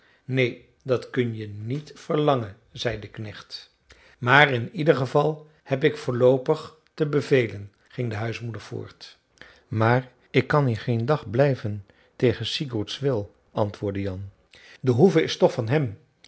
neen dat kun je niet verlangen zei de knecht maar in ieder geval heb ik voorloopig te bevelen ging de huismoeder voort maar ik kan hier geen dag blijven tegen sigurds wil antwoordde jan de hoeve is toch van hem